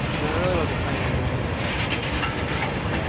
you know i really wasn't planning on doing any investigations today, but, ah,